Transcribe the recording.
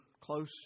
close